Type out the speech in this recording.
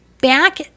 back